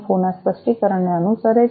4 ના સ્પષ્ટીકરણને અનુસરે છે